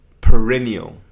perennial